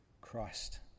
Christ